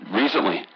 recently